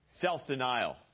self-denial